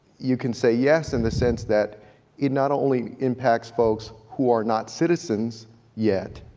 you can say yes in the sense that it not only impacts folks who are not citizens yet,